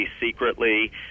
secretly